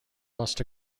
must